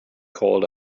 called